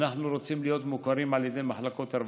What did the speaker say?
אנחנו רוצים להיות מוכרים על ידי מחלקות הרווחה.